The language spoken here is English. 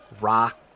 rock